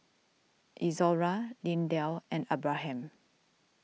Izora Lindell and Abraham